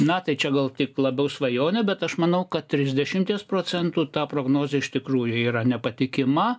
na tai čia gal tik labiau svajonė bet aš manau kad trisdešimties procentų ta prognozė iš tikrųjų yra nepatikima